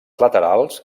laterals